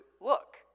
look